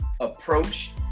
approach